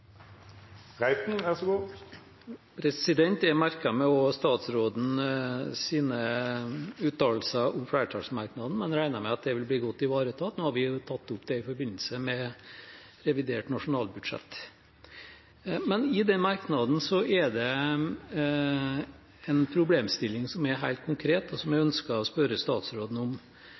vil bli godt ivaretatt. Nå har vi jo tatt opp det i forbindelse med revidert nasjonalbudsjett. I den merknaden er det en problemstilling som er helt konkret, og som jeg ønsker å spørre statsråden om.